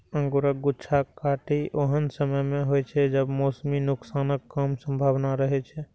अंगूरक गुच्छाक कटाइ ओहन समय मे होइ छै, जब मौसमी नुकसानक कम संभावना रहै छै